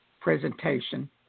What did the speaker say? presentation